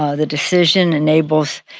ah the decision enables